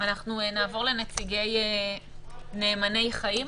נעבור לנציגי "נאמני חיים".